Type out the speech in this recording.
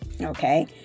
Okay